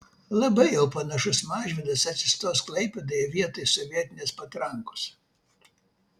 labai jau panašus mažvydas atsistos klaipėdoje vietoj sovietinės patrankos